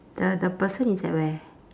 the the person is at where